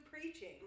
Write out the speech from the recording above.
preaching